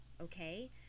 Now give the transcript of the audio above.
Okay